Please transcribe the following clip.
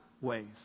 ways